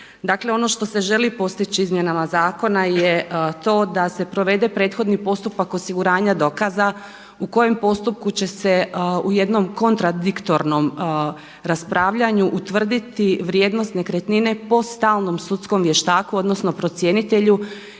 Dakle ono što se želi postići izmjenama zakona je to da se provede prethodni postupak osiguranja dokaza u kojem postupku će se u jednom kontradiktornom raspravljanju utvrditi vrijednost nekretnine po stalnom sudskom vještaku, odnosno procjenitelju